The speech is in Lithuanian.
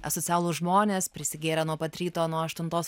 asocialūs žmonės prisigėrę nuo pat ryto nuo aštuntos